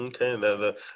Okay